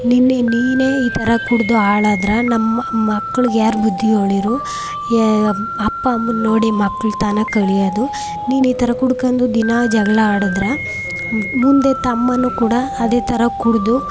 ನಿನ್ನೆ ನೀನೇ ಈ ಥರ ಕುಡಿದು ಹಾಳಾದ್ರ ನಮ್ಮ ಮಕ್ಳ್ಗೆ ಯಾರು ಬುದ್ದಿ ಯೋಳಿರು ಏ ಅಪ್ಪ ಅಮ್ಮನ್ನ ನೋಡಿ ಮಕ್ಳು ತಾನೇ ಕಲಿಯೋದು ನೀನೆ ಈ ಥರ ಕುಡ್ಕಂಡು ದಿನಾ ಜಗಳ ಆಡದ್ರೆ ಮುಂದೆ ತಮ್ಮನು ಕೂಡ ಅದೇ ಥರ ಕುಡಿದು